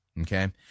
Okay